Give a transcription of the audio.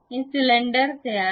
cylinder तयार करा